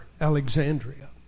Alexandria